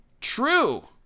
True